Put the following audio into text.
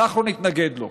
אנחנו נתנגד לו.